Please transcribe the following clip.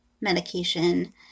medication